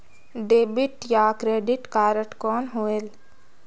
Debit या credit card कौन होएल?